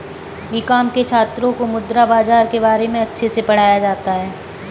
BCom के छात्रों को मुद्रा बाजार के बारे में अच्छे से पढ़ाया जाता है